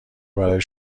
برای